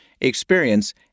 experience